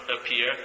appear